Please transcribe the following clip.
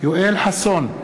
יואל חסון,